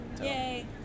yay